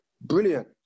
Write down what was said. brilliant